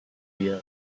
year